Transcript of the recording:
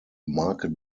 market